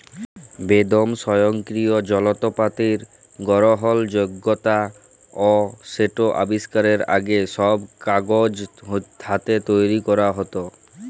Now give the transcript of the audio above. বেদম স্বয়ংকিরিয় জলত্রপাতির গরহলযগ্যতা অ সেট আবিষ্কারের আগে, ছব কাগজ হাতে তৈরি ক্যরা হ্যত